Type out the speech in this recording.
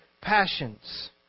passions